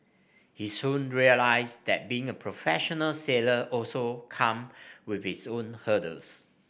he soon realised that being a professional sailor also come with its own hurdles